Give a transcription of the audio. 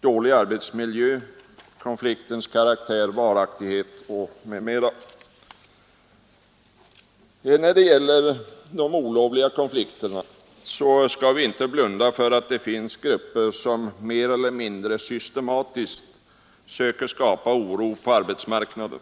dålig arbetsmiljö, konfliktens karaktär, varaktighet m.m. När det gäller de olovliga konflikterna skall vi inte blunda för att det finns grupper som mer eller mindre systematiskt söker skapa oro på arbetsmarknaden.